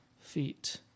feet